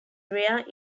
rare